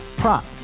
prop